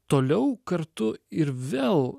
toliau kartu ir vėl